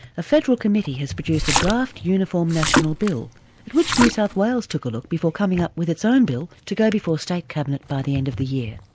a federal committee has produced a draft uniform national bill, at which new south wales took a look before coming up with its own bill to go before state cabinet by the end of the year.